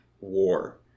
war